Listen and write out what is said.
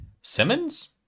Simmons